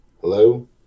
Hello